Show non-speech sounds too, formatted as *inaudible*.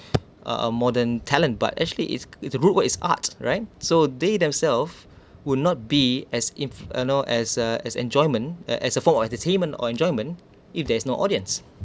*breath* uh uh modern talent but actually it's it's a role of it's art right so they them self *breath* will not be as inf~ you know as a as enjoyment uh as a form of entertainment or enjoyment if there is no audience